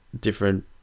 different